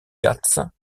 ghâts